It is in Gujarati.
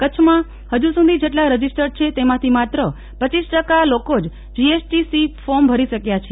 કચ્છમાં હજી સુધી જેટલા રજીસ્ટર્ડ છે તેમાંથી માત્ર રપ ટકા લોકો જ જીએસટી સી ફોર્મ ભરી શક્યા છે